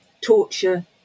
torture